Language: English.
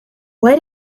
why